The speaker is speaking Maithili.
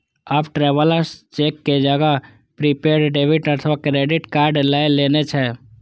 आब ट्रैवलर्स चेक के जगह प्रीपेड डेबिट अथवा क्रेडिट कार्ड लए लेने छै